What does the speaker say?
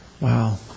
wow